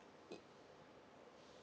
err